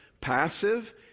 passive